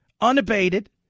unabated